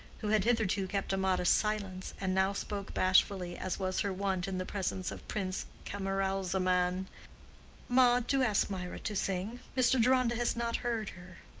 who had hitherto kept a modest silence, and now spoke bashfully, as was her wont in the presence of prince camaralzaman ma, do ask mirah to sing. mr. deronda has not heard her.